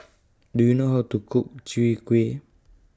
Do YOU know How to Cook Chwee Kueh